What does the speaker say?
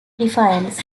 defiance